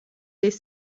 des